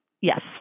Yes